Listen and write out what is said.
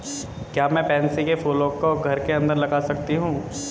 क्या मैं पैंसी कै फूलों को घर के अंदर लगा सकती हूं?